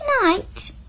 tonight